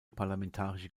parlamentarische